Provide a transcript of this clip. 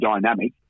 dynamic